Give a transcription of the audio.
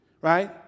Right